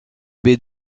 baie